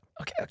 Okay